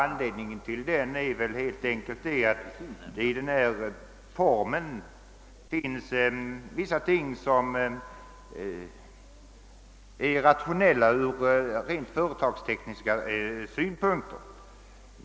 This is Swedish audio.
Anledningen härtill är väl helt enkelt den att den är rationell från rent företagstekniska synpunkter.